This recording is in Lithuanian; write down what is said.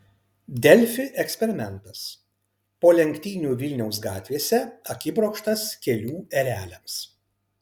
delfi eksperimentas po lenktynių vilniaus gatvėse akibrokštas kelių ereliams